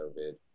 covid